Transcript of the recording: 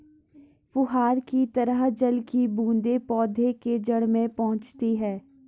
फुहार की तरह जल की बूंदें पौधे के जड़ में पहुंचती है